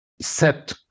set